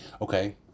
okay